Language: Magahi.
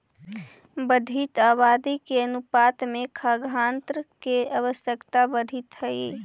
बढ़ीत आबादी के अनुपात में खाद्यान्न के आवश्यकता बढ़ीत हई